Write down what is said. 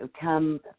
Come